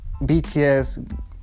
BTS